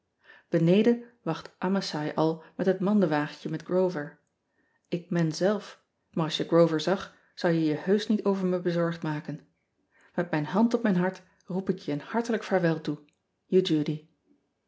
eneden wacht masai al met het mandenwagentje met rover k men zelf maar als je rover zag zou je je heusch niet over me bezorgd maken et mijn hand op mijn hart roep ik je een hartelijk vaarwel toe